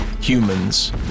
humans